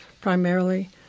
primarily